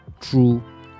true